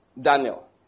Daniel